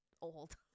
old